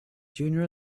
junior